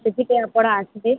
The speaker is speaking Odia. ସେଥିପାଇଁ ଆପଣ ଆସିବେ